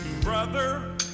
brother